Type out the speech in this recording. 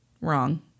wrong